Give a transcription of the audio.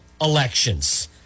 elections